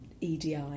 EDI